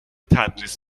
تدریس